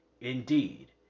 Indeed